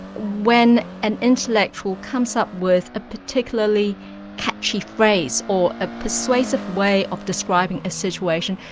when an intellectual comes up with a particularly catchy phrase, or a persuasive way of describing a situation,